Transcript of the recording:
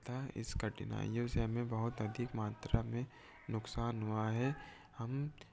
तथा इस कठिनाइयों से हमें बहुत अधिक मात्रा में नुकसान हुआ है हम